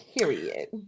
Period